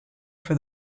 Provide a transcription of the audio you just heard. for